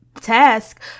Task